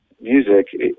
music